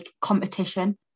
competition